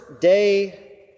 day